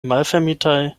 malfermitaj